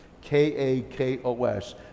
K-A-K-O-S